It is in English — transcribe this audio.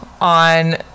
on